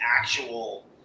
actual